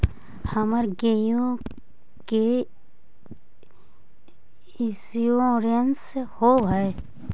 हमर गेयो के इंश्योरेंस होव है?